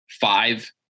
five